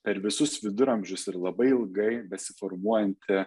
per visus viduramžius ir labai ilgai besiformuojanti